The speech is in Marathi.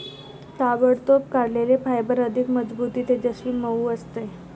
ताबडतोब काढलेले फायबर अधिक मजबूत, तेजस्वी, मऊ असते